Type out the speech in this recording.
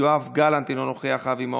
יואב גלנט, אינו נוכח, אבי מעוז,